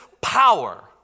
power